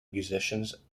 musicians